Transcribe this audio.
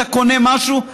אתה קונה משהו,